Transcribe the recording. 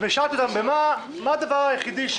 העבירו את זה למשרד השיכון,